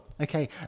okay